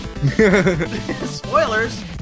spoilers